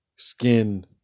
skin